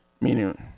Meaning